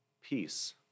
peace